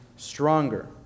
stronger